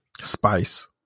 spice